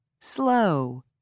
Slow